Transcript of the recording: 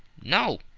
no.